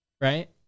right